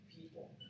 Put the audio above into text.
people